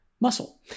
muscle